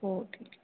हो ठीक